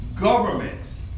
governments